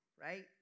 right